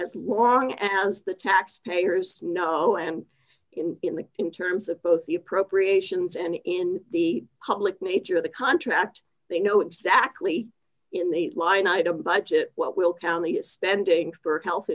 as long as the tax payers know and in in the in terms of both the appropriations and in the public nature of the contract they know exactly in the line item budget what will county is spending for health